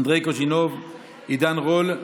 אנדרי קוז'ינוב ועידן רול,